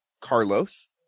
Carlos